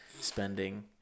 spending